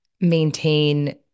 maintain